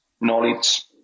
knowledge